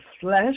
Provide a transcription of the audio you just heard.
flesh